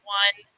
one